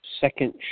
second